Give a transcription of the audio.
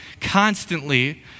constantly